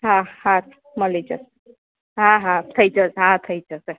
હા હા મળી જશે હા હા થઈ જશે હા થઈ જશે